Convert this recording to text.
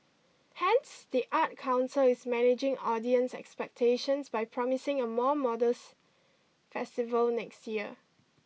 hence the arts council is managing audience expectations by promising a more modest festival next year